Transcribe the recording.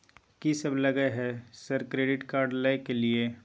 कि सब लगय हय सर क्रेडिट कार्ड लय के लिए?